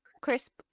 Crisp